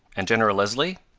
and general leslie?